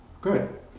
good